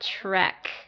Trek